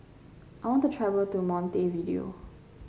I want to travel to Montevideo